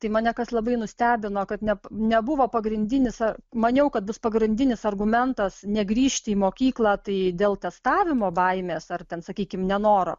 tai mane kas labai nustebino kad net nebuvo pagrindinis maniau kad bus pagrindinis argumentas negrįžti į mokyklą tai dėl testavimo baimės ar ten sakykim nenoro